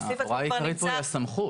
ההוראה העיקרית פה זה הסמכות.